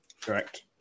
correct